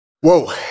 Whoa